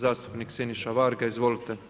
Zastupnik Siniša Varga, izvolite.